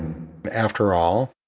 after all,